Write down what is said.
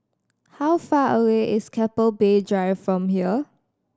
how far away is Keppel Bay Drive from here